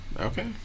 Okay